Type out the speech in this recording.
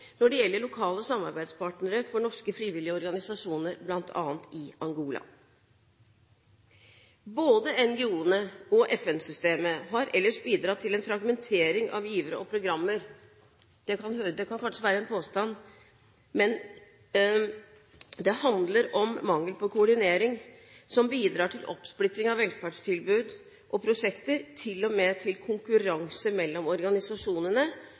når det gjelder lokale samarbeidspartnere for norske frivillige organisasjoner, bl.a. i Angola. Både NGO-ene og FN-systemet har ellers bidratt til en fragmentering av givere og programmer. Det kan kanskje være en påstand, men det handler om mangel på koordinering, noe som bidrar til oppsplitting av velferdstilbud og prosjekter, til og med til konkurranse mellom organisasjonene,